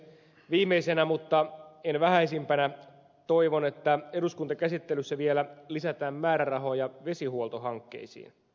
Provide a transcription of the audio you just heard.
viimeisenä mutta ei vähäisimpänä toivon että eduskuntakäsittelyssä vielä lisätään määrärahoja vesihuoltohankkeisiin